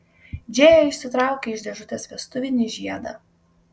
džėja išsitraukė iš dėžutės vestuvinį žiedą